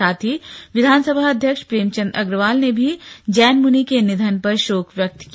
साथ ही विघानसभा अध्यक्ष प्रेमचंद अग्रवाल ने भी जैनमुनि के निघन पर शोक व्यक्त किया